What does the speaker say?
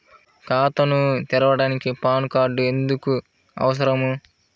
ఖాతాను తెరవడానికి PAN card ఎందుకు అవసరము?